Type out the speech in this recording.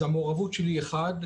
המעורבות שלי אחת,